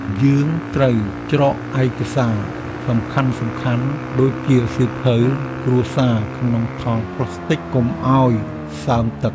យើងត្រូវច្រកឯកសារសំខាន់ៗដូចជាសៀវភៅគ្រួសារក្នុងថង់ប្លាស្ទិកកុំឱ្យសើមទឹក។